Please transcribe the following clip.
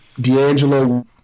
D'Angelo